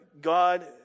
God